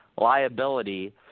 liability